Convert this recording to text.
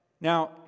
Now